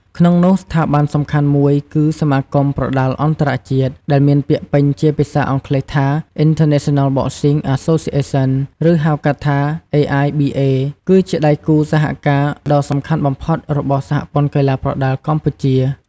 ក្នុងនោះ ស្ថាប័នសំខាន់មួយគឺ សមាគមប្រដាល់អន្តរជាតិ ដែលមានពាក្យពេញជាភាសាអង់គ្លេសថា International Boxing Association ឬ ហៅកាត់ថា AIBA គឺជាដែគូសហការដ៏សំខាន់បំផុតរបស់ សហព័ន្ធកីឡាប្រដាល់កម្ពុជា ។